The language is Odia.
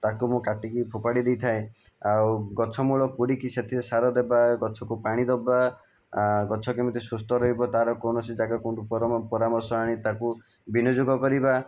ତାକୁ ମୁଁ କାଟିକି ଫୋପାଡ଼ି ଦେଇଥାଏ ଆଉ ଗଛ ମୂଳ କୁଡ଼ିକି ସେଥିରେ ସାର ଦେବା ଗଛକୁ ପାଣି ଦେବା ଗଛ କେମିତି ସୁସ୍ଥ ରହିବ ତାର କୌଣସି ଜାଗାକୁ ପରମପରାମର୍ଶ ଆଣି ତାକୁ ବିନିଯୋଗ କରିବା